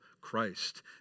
Christ